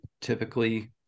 typically